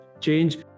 change